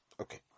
Okay